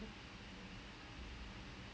அதான்:athaan so that's why I told him